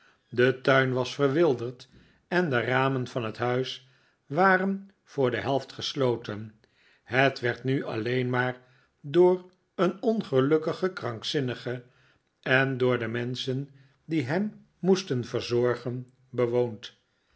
de tuin was verwilderd en de ramen van het huis waren voor de helft gesloten het werd nu alleen maar door een ongelukkigen krankzinnige en door de menschen die hem moesten verzorgen bewoorid